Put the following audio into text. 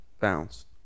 Bounce